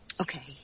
Okay